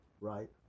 right